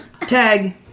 Tag